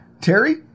Terry